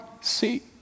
see